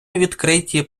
відкриті